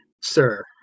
sir